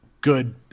good